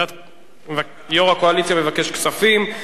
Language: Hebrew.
יושב-ראש הקואליציה מבקש כספים,